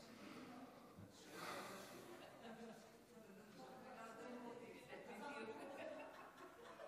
לרשותך שלוש דקות, בבקשה.